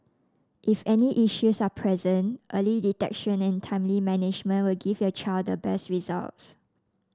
if any issues are present early detection and timely management will give your child the best results